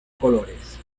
colores